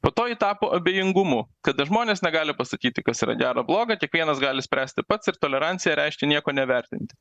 po to ji tapo abejingumu kada žmonės negali pasakyti kas yra gera bloga kiekvienas gali spręsti pats ir tolerancija reiškia nieko nevertinti